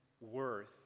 worth